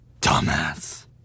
dumbass